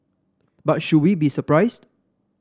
but should we be surprised